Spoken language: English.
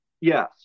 yes